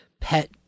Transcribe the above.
pet